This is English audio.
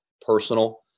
personal